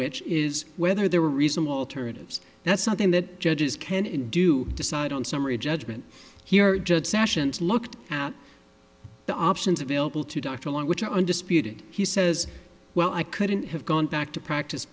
which is whether there are reasonable alternatives that's something that judges can and do decide on summary judgment here judge sessions looked at the options available to dr long which undisputed he says well i couldn't have gone back to practice